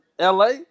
LA